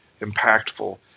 impactful